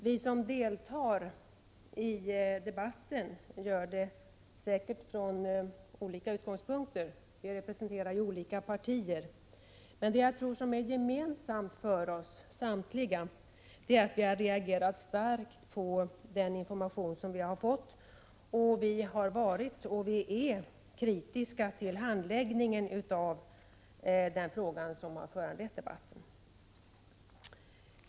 Vi som deltar i debatten gör det säkert från olika utgångspunkter — vi representerar ju olika partier — men det gemensamma för oss alla är att vi har reagerat starkt på den information som vi har fått. Vi har varit — och är — kritiska till handläggningen av den fråga som har föranlett debatten.